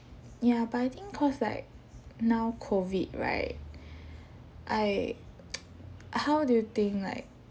ya but I think cause like now COVID right I how do you think like